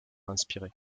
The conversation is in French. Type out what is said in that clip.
inspirée